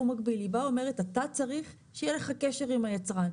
מקביל היא באה ואומרת אתה צריך שיהיה לך קשר עם היצרן,